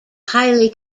highly